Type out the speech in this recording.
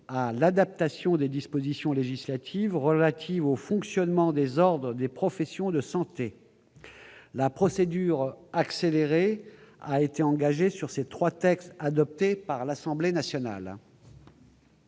à l'adaptation des dispositions législatives relatives au fonctionnement des ordres des professions de santé, la procédure accélérée a été engagée sur ces 3 textes adoptés par l'Assemblée nationale.